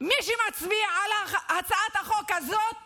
מי שמצביע על הצעת החוק הזאת